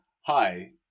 hi